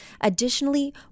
Additionally